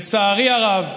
לצערי הרב,